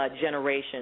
generation